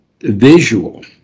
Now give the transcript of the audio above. visual